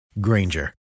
Granger